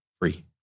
free